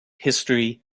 history